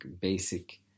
basic